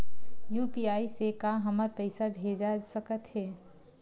UPI से का हमर पईसा भेजा सकत हे?